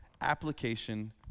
application